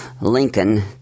Lincoln